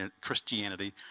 Christianity